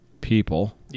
people